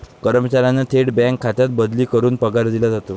कर्मचाऱ्यांना थेट बँक खात्यात बदली करून पगार दिला जातो